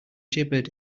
gibbered